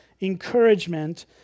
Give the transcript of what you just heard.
encouragement